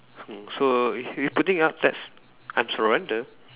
mm so if you putting up that's